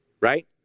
Right